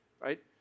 right